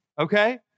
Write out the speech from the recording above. okay